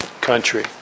country